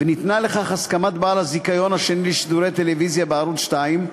וניתנה לכך הסכמת בעל הזיכיון השני לשידורי טלוויזיה בערוץ 2,